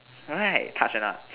right touched a not